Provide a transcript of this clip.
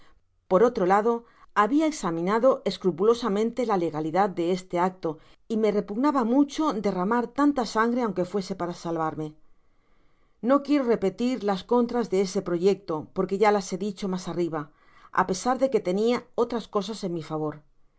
por otro lado habia examinado escrupulosamente la legalidad de este acto y me repugnaba mucho derramar tanta sangre aunque fuese para salvarme no quiero repetir las contras de ese proyecto porque ya las he dicho mas arriba á pesar de qu e tenia otras cosas en mi favor